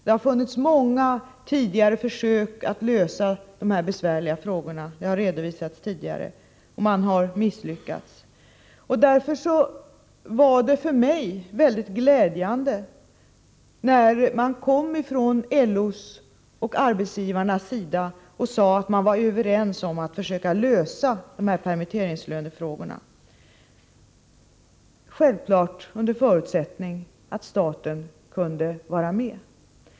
Det har funnits många tidigare försök att lösa de här besvärliga frågorna som har misslyckats. De försöken har redovisats tidigare. Därför var det för mig mycket glädjande när man från LO:s och arbetsgivarnas sida sade att man var överens om att försöka lösa permitteringslönefrågorna, självfallet under förutsättning att staten kunde vara med.